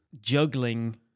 juggling